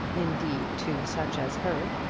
indeed, to such as her,